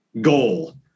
goal